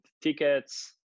tickets